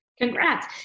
Congrats